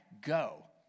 go